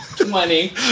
money